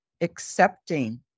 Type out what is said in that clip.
accepting